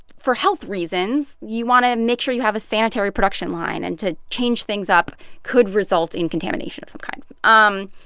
for health reasons, you want to make sure you have a sanitary production line, and to change things up could result in contamination of some kind. um